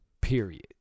Period